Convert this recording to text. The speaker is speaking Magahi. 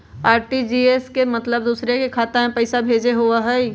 आर.टी.जी.एस के मतलब दूसरे के खाता में पईसा भेजे होअ हई?